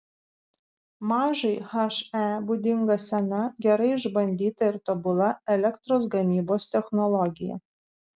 mažai he būdinga sena gerai išbandyta ir tobula elektros gamybos technologija